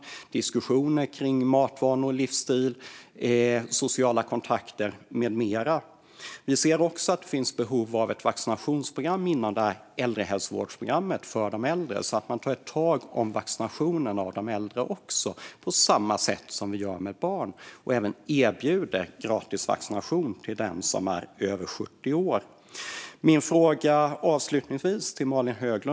Det kan då föras diskussioner om matvanor, livsstil, sociala kontakter med mera. Vi ser också att det finns behov av ett vaccinationsprogram inom äldrehälsovårdsprogrammet, så att man tar tag i vaccinationen av de äldre på samma sätt som man gör med barn och erbjuder gratisvaccination till dem som är över 70 år.